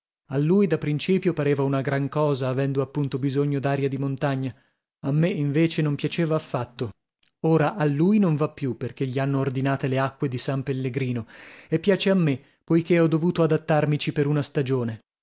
a lui da princìpio pareva una gran cosa avendo appunto bisogno d'aria di montagna a me invece non piaceva affatto ora a lui non va più perchè gli hanno ordinate le acque di san pellegrino e piace a me poichè ho dovuto adattarmici per una stagione